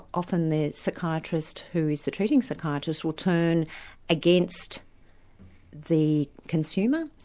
often the psychiatrist who is the treating psychiatrist, will turn against the consumer,